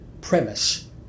premise